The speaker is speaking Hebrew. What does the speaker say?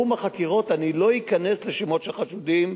בתחום החקירות אני לא אכנס לשמות של חשודים,